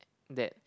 that